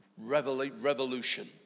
revolution